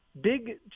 big